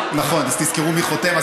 נכון, אז תזכרו מי חותם.